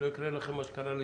שלא יקרה לכם מה שקרה לשירביט.